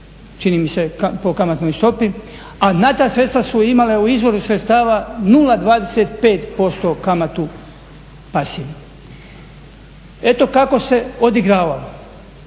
čini mi se po kamatnoj stopi. A na ta sredstva su imale u izvoru sredstava 0,25% kamatu pasivnu. Eto kako se odigravalo,